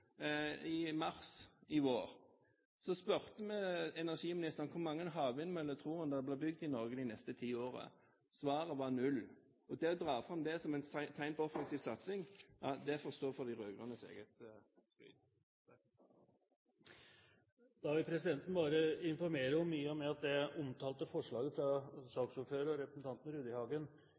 i mars i vår, spurte vi energiministeren om hvor mange havvindmøller han trodde det ville bli bygd i Norge de neste ti årene. Svaret var null. Det å dra fram det som et tegn på offensiv satsing, får stå for de rød-grønnes egen regning. Presidenten vil bare informere om, i og med at det omtalte forslaget fra saksordføreren, representanten Rudihagen, ikke er omdelt i salen ennå, og